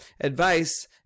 advice